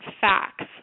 facts